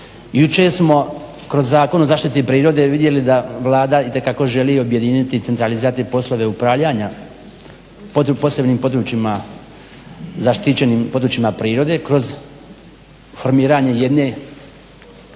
Jučer smo kroz zakon o zaštiti prirode vidjeli da Vlada itekako želi objediniti, centralizirati poslove upravljanja pod posebnim područjima, zaštićenim područjima prirode kroz formiranje jedne